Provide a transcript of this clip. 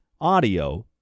audio